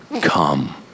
come